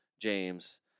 James